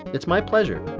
it's my pleasure